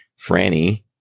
Franny